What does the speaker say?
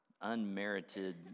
unmerited